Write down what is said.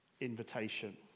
invitation